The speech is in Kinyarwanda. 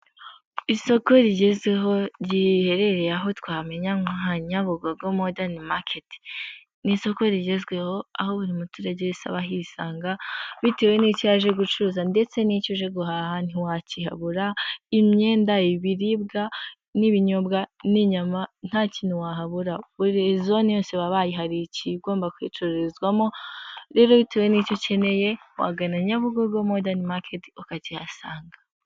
Isoko rigezweho riheherereye aho twamenya nka Nyabugogo modani maketi. Ni isoko rigezweho aho buri muturage wese aba ahisanga bitewe n'icyo yaje gucuruza, ndetse n'icyo uje guhaha ntiwakihabura, imyenda, ibiribwa, n'ibinyobwa, n'inyama nta kintu wahabura, buri zone yose baba bayihariye ikigomba kuyicururizwamo, rero bitewe n'icyo ukeneye wagana Nyabugogo modani maketi ukakihasanga.